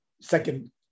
second